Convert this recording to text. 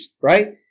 right